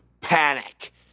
panic